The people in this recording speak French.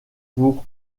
pour